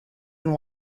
and